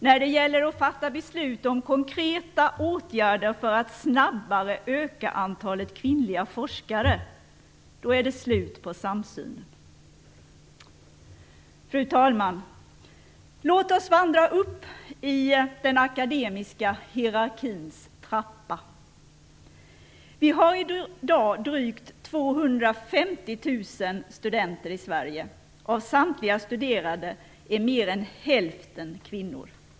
När det gäller att fatta beslut om konkreta åtgärder för att snabbare öka antalet kvinnliga forskare är det slut på samsynen. Fru talman! Låt oss vandra upp i den akademiska hierarkins trappa. Vi har i dag drygt 250 000 studenter i Sverige. Av samtliga studerande är mer än hälften kvinnor.